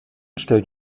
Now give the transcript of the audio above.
stellt